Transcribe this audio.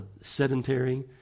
sedentary